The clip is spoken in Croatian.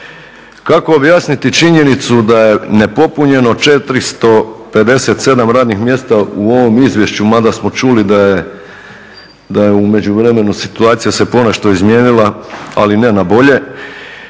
Kako objasniti činjenicu da je nepopunjeno 457 radnih mjesta u ovom izvješću, mada smo čuli da se u međuvremenu situacija ponešto izmijenila, ali ne na bolje